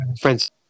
friends